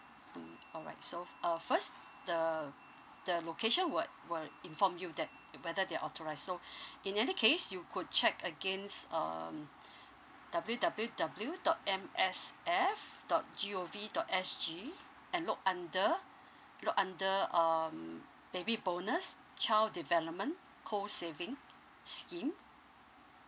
mm all right so f~ uh first the the location will will inform you that whether they're authorised so in any case you could check against um W W W dot M S F dot G O V dot S G and look under look under um baby bonus child development co saving scheme